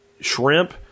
shrimp